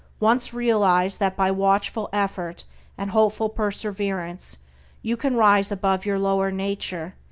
once realize that by watchful effort and hopeful perseverance you can rise above your lower nature,